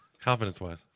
confidence-wise